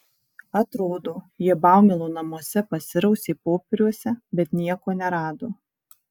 atrodo jie baumilo namuose pasirausė popieriuose bet nieko nerado